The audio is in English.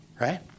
right